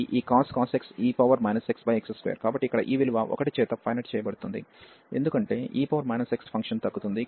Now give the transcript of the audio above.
కాబట్టి ఇక్కడ ఈ విలువ 1 చేత ఫైనెట్ చేయబడుతుంది ఎందుకంటే e x ఫంక్షన్ తగ్గుతుంది